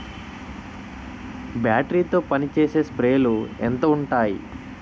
Battery తో పనిచేసే స్ప్రేలు ఎంత ఉంటాయి?